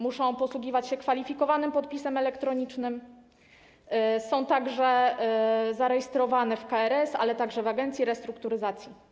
Muszą posługiwać się kwalifikowanym podpisem elektronicznym, są zarejestrowane w KRS, a także w agencji restrukturyzacji.